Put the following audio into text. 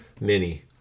mini